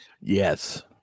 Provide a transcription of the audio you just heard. yes